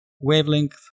Wavelength